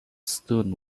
stone